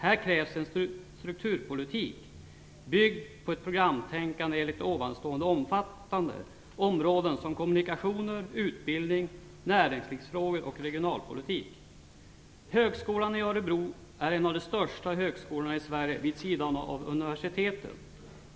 Här krävs en strukturpolitik, byggd på ett programtänkande enligt detta program, omfattande områden som kommunikationer, utbildning, näringslivsfrågor och regionalpolitik. Högskolan i Örebro är en av de största högskolorna i Sverige vid sidan av universiteten.